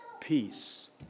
peace